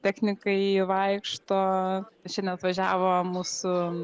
technikai vaikšto šiandien atvažiavo mūsų